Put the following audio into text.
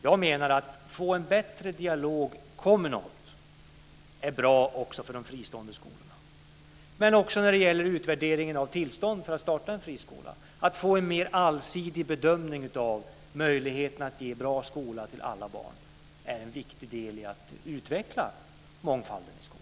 Jag menar att en bättre dialog kommunalt också är bra för de fristående skolorna. Men också utvärderingen av tillstånd att starta en friskola, att få en mer allsidig bedömning av möjligheten att ge en bra skola till alla barn, är en viktig del i att utveckla mångfalden i skolan.